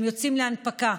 הם יוצאים להנפקה.